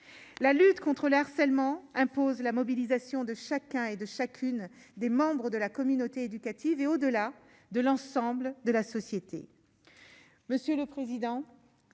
la lutte contre le harcèlement impose la mobilisation de chacun et de chacune des membres de la communauté éducative et au-delà de l'ensemble de la société,